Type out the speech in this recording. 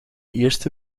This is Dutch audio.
eerste